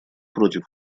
против